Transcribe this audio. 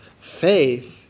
faith